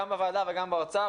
גם בוועדה וגם באוצר,